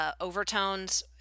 overtones